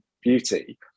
beauty